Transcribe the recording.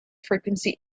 frequency